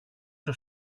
στο